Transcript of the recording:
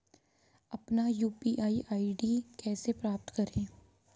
अपना UPI ID कैसे प्राप्त करें?